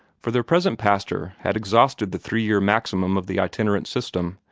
for their present pastor had exhausted the three-year maximum of the itinerant system,